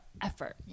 effort